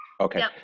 Okay